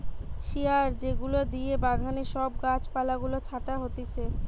শিয়ার যেগুলা দিয়ে বাগানে সব গাছ পালা গুলা ছাটা হতিছে